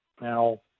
Now